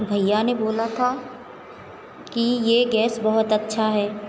भैया ने बोला था कि यह गैस बहुत अच्छा है